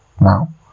Now